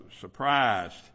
surprised